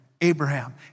Abraham